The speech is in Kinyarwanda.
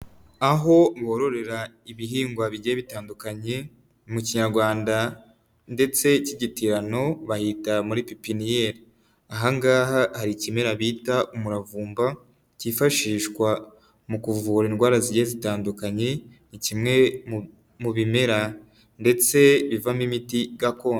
Aho bororera ibihingwa bigiye bitandukanye mu kinyarwanda ndetse cy'igitirano bahita muri pipiniyeri, aha ngaha hari ikimera bita umuravumba kifashishwa mu kuvura indwara zigiye zitandukanye, ni kimwe mu bimera ndetse bivamo imiti gakondo.